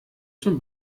zum